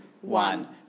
one